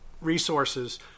resources